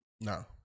No